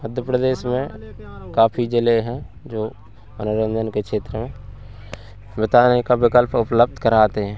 मध्य प्रदेश में काफी ज़िले हैं जो मनोरंजन के क्षेत्र में बिताने का विकल्प उपलब्ध कराते हैं